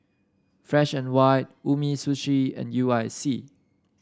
Fresh And White Umisushi and U I C